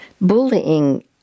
Bullying